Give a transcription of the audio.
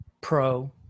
pro